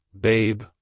babe